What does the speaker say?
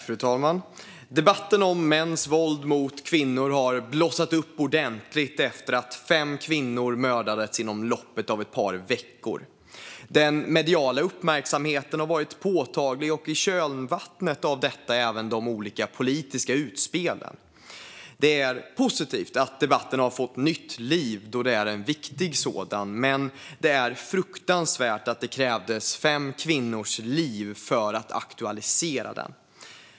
Fru talman! Debatten om mäns våld mot kvinnor har blossat upp ordentligt efter att fem kvinnor mördats inom loppet av ett par veckor. Den mediala uppmärksamheten har varit påtaglig och i kölvattnet av detta även de olika politiska utspelen. Det är positivt att debatten har fått nytt liv, då det är en viktig sådan, men det är fruktansvärt att det krävdes fem kvinnors liv för att aktualisera den.